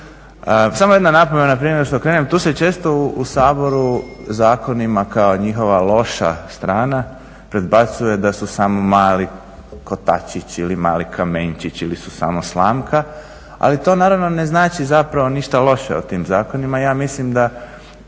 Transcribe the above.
Samo jedna napomena prije nego što krenem, tu se često u Saboru zakonima kao njihova loša strana predbacuje da su samo mali kotačić ili mali kamenčić ili su samo slamka, ail to naravno ne znači ništa loše o tim zakonima. Ja mislim da